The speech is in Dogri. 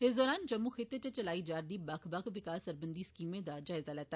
इस दौरान जम्मू खित्ते इच चलाई जा'रदी बक्ख बक्ख विकास सरबंधी स्कीमें दा बी जायजा लैता